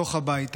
בתוך הבית,